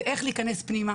זה איך להיכנס פנימה,